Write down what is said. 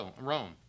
Rome